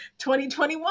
2021